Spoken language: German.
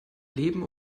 leben